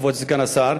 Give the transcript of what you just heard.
כבוד סגן השר.